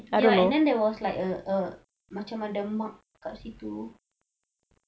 ya and then there was like a a macam ada mark dekat situ